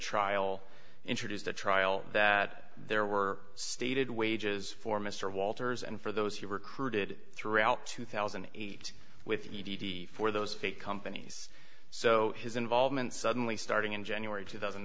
trial introduced at trial that there were stated wages for mr walters and for those he recruited throughout two thousand and eight with e t d for those fake companies so his involvement suddenly starting in january two thousand